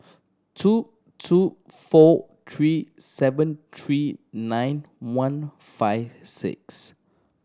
two two four three seven three nine one five six